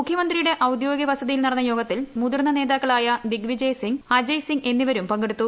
മുഖ്യമന്ത്രിയുടെ ഔദ്യോഗിക വസതിയിൽ നടന്ന യോഗത്തിൽ മുതിർന്ന നേതാക്കളായ ദിഗ് വിജയ് സിംഗ് അജയ് സിംഗ് എന്നിവരും പങ്കെടുത്തു